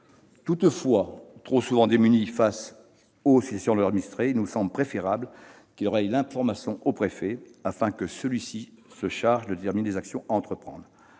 maire est trop souvent démuni face aux sollicitations de ses administrés, il nous semble préférable qu'il relaie l'information au préfet, afin que celui-ci se charge de déterminer les actions à entreprendre.